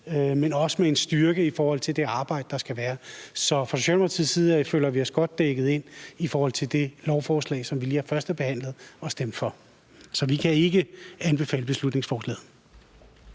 men også med en styrke i forhold til det arbejde, der skal være. Så fra Socialdemokratiets side føler vi os godt dækket ind i forhold til det lovforslag, som vi nu har førstebehandlet og har stemt for. Så vi kan ikke anbefale beslutningsforslaget.